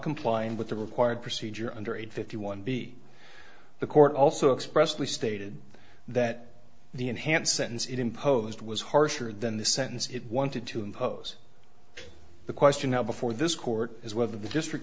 complying with the required procedure under age fifty one b the court also expressed the stated that the enhanced sentence it imposed was harsher than the sentence it wanted to impose the question now before this court is whether the